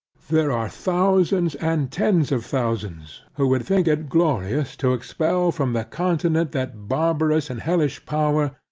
there are thousands, and tens of thousands, who would think it glorious to expel from the continent, that barbarous and hellish power,